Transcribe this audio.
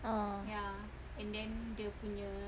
oh